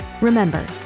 Remember